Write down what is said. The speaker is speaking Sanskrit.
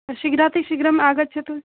शीघ्रातिशीघ्रम् आगच्छतु